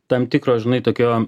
tam tikros žinai tokio